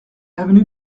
avenue